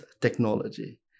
technology